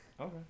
Okay